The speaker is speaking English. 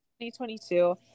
2022